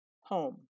home